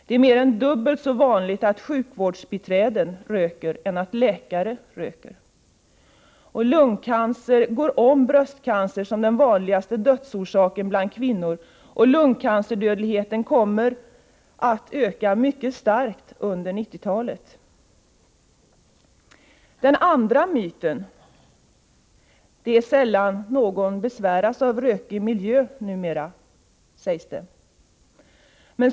Det är mer än dubbelt så vanligt att sjukvårdsbiträden röker som att läkare röker. Lungcancer går om bröstcancer som den vanligaste dödsorsaken bland kvinnor, och lungcancerdödligheten kommer att öka mycket starkt under 1990-talet. 2. ”Det är sällan någon besväras av rökig miljö numera”, sägs det.